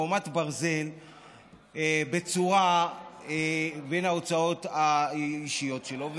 חומת ברזל בצורה להוצאות האישיות שלו.